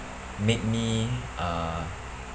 made me uh